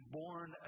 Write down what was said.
born